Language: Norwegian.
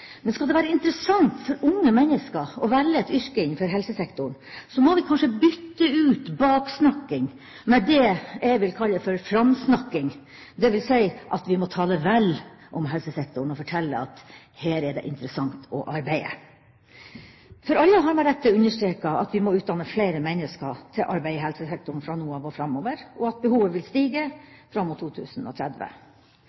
Men skal det være interessant for unge mennesker å velge et yrke innenfor helsesektoren, må vi kanskje bytte ut baksnakking med det jeg vil kalle for framsnakking, dvs. at vi må tale vel om helsesektoren, fortelle at det er interessant å arbeide her. Alle har med rette understreket at vi må utdanne flere mennesker til å arbeide i helsesektoren fra nå av og framover, og at behovet vil stige